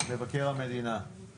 בקואליציה באותו הזמן.